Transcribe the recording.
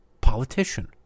politician